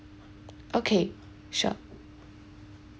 okay sure